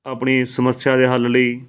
ਆਪਣੀ ਸਮੱਸਿਆ ਦੇ ਹੱਲ ਲਈ